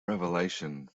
revelation